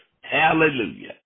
Hallelujah